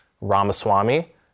Ramaswamy